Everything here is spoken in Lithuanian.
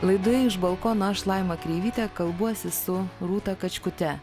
laidoje iš balkono aš laima kreivytė kalbuosi su rūta kačkute